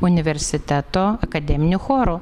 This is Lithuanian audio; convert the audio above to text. universiteto akademiniu choru